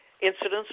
incidents